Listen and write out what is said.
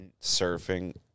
surfing